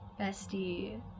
Bestie